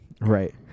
right